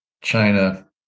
China